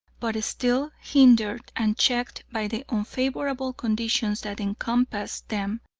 but still, hindered and checked by the unfavourable conditions that encompassed them,